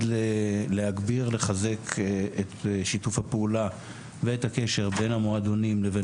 להגביר ולחזק את שיתוף הפעולה ואת הקשר בין המועדונים לבין